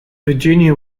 virginia